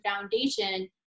foundation